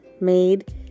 made